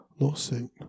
lawsuit